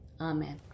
Amen